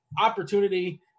opportunity